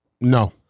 No